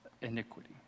iniquity